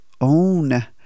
own